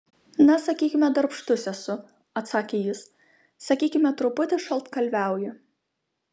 na sakykime darbštus esu atsakė jis sakykime truputį šaltkalviauju